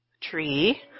Tree